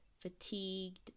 Fatigued